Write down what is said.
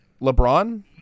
LeBron